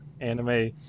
anime